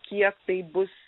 kiek tai bus